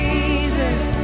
Jesus